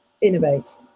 innovate